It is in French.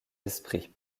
esprits